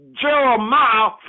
Jeremiah